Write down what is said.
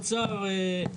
משרד האוצר.